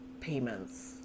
payments